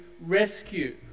rescue